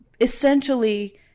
essentially